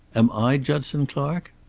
am i judson clark?